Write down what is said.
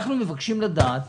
אנחנו מבקשים לדעת